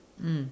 mm